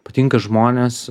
patinka žmonės